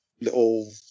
little